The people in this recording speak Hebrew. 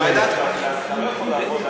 אתה לא יכול,